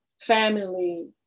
family